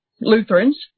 Lutherans